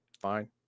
fine